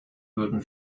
würden